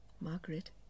Margaret